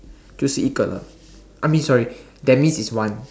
这是一个了 I mean sorry that means it's one